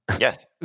Yes